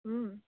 ও